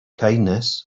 kindness